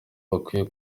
bakwiye